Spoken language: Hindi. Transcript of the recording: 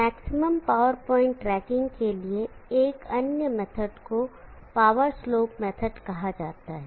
मैक्सिमम पावर पॉइंट ट्रैकिंग के लिए एक अन्य मेथड को पावर स्लोप मेथड कहा जाता है